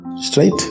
straight